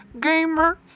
gamer